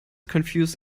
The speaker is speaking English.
confuse